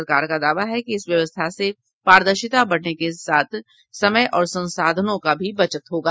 सरकार का दावा है कि इस व्यवस्था से पारदर्शिता बढ़ने के साथ समय और संसाधनों का बचत भी होगा